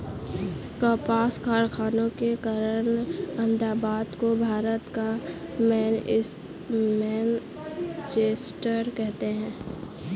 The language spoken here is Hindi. कपास कारखानों के कारण अहमदाबाद को भारत का मैनचेस्टर कहते हैं